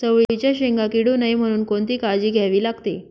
चवळीच्या शेंगा किडू नये म्हणून कोणती काळजी घ्यावी लागते?